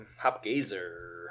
Hopgazer